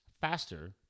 faster